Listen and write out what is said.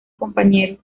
compañeros